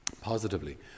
positively